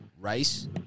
Rice